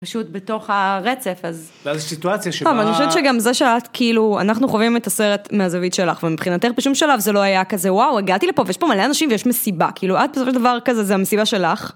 פשוט בתוך הרצף, אז... לא, זו סיטואציה שבה... לא, אבל אני חושבת שגם זה שאת, כאילו, אנחנו חווים את הסרט מהזווית שלך, ומבחינתך בשום שלב זה לא היה כזה, וואו, הגעתי לפה ויש פה מלא אנשים ויש מסיבה, כאילו, את בסופו של דבר כזה, זה המסיבה שלך.